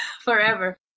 forever